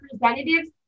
representatives